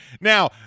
Now